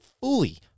fully